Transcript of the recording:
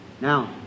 Now